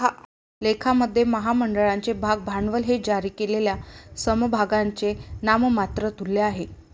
लेखामध्ये, महामंडळाचे भाग भांडवल हे जारी केलेल्या समभागांचे नाममात्र मूल्य आहे